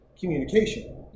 communication